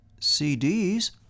CDs